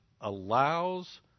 allows